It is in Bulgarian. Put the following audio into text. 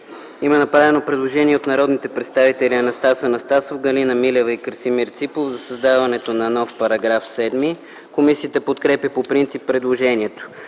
Има направено предложение от народните представители Анастас Анастасов, Галина Милева и Красимир Ципов за създаване на § 13. Комисията подкрепя по принцип предложението.